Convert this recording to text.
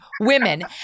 women